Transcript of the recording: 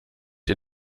ihr